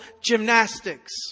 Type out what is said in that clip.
gymnastics